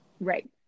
Right